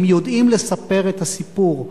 אם יודעים לספר את הסיפור.